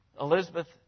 Elizabeth